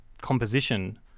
composition